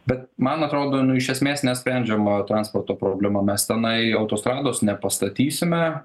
bet man atrodo nu iš esmės nesprendžiama transporto problema mes tenai autostrados nepastatysime